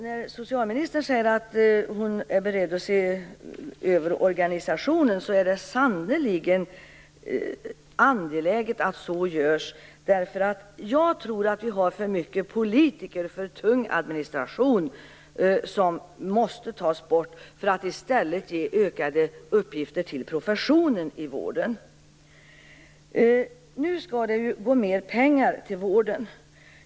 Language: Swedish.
När socialministern säger att hon är beredd att se över organisationen är det sannerligen angeläget. Jag tror att vi har för många politiker och en för tung administration. Den måste tas bort, och i stället måste professionen i vården ges ökade uppgifter. Nu skall det gå mer pengar till vården.